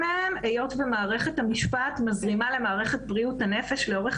מערכת המשפט מזרימה למערכת בריאות הנפש לאורך